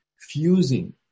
fusing